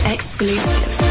Exclusive